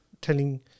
telling